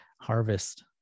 harvest